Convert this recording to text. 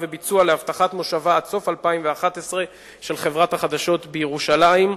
וביצוע להבטחת מושבה עד סוף 2011 של חברת החדשות בירושלים.